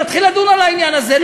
נתחיל לדון על העניין הזה?